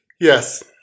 Yes